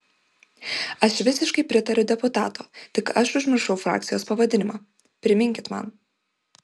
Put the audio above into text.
aš visiškai pritariu deputato tik aš užmiršau frakcijos pavadinimą priminkit man